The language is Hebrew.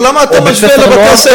אבל למה אתה משווה לבתי-ספר,